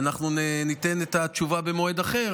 ואנחנו ניתן את התשובה במועד אחר,